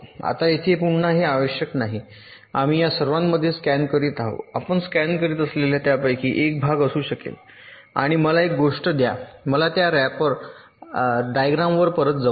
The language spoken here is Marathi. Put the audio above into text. आता येथे पुन्हा हे आवश्यक नाही आम्ही या सर्वांमध्ये स्कॅन करीत आहोत आपण स्कॅन करीत असलेल्या त्यापैकी एक भाग असू शकेल आणि मला एक गोष्ट द्या मला त्या रॅपर डायग्राम वर परत जाऊया